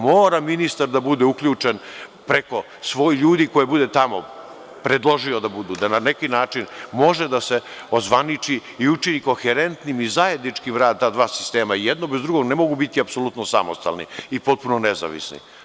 Mora ministar da bude uključen preko svojih ljudi koje bude tamo predložio da budu, da na neki način može da se ozvaniči i učini koherentnim i zajedničkim rad ta dva sistema, jer jedno bez drugog ne mogu biti apsolutno samostalni i potpuno nezavisni.